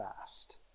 fast